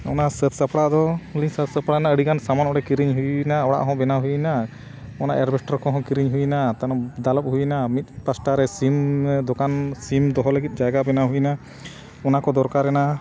ᱚᱱᱟ ᱥᱟᱹᱛ ᱥᱟᱯᱲᱟᱣ ᱫᱚ ᱞᱤᱧ ᱥᱟᱹᱛ ᱥᱟᱯᱲᱟᱣᱮᱱᱟ ᱟᱹᱰᱤ ᱜᱟᱱ ᱥᱟᱢᱟᱱ ᱚᱸᱰᱮ ᱠᱤᱨᱤᱧ ᱦᱩᱭᱮᱱᱟ ᱚᱲᱟᱜ ᱦᱚᱸ ᱵᱮᱱᱟᱣ ᱦᱩᱭᱮᱱᱟ ᱚᱱᱟ ᱮᱰᱵᱮᱥᱴᱟᱨ ᱠᱚᱦᱚᱸ ᱠᱤᱨᱤᱧ ᱦᱩᱭᱮᱱᱟ ᱛᱟᱨᱯᱚᱨᱮ ᱫᱟᱞᱚᱵ ᱦᱩᱭᱮᱱᱟ ᱢᱤᱫ ᱯᱟᱥᱴᱟ ᱨᱮ ᱥᱤᱢ ᱫᱚᱠᱟᱱ ᱥᱤᱢ ᱫᱚᱦᱚ ᱞᱟᱹᱜᱤᱫ ᱡᱟᱭᱜᱟ ᱵᱮᱱᱟᱣ ᱦᱩᱭᱮᱱᱟ ᱚᱱᱟ ᱠᱚ ᱫᱚᱨᱠᱟᱨ ᱮᱱᱟ